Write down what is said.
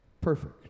Perfect